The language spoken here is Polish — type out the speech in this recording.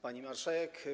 Pani Marszałek!